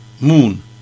moon